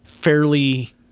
fairly